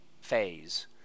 phase